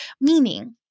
meaning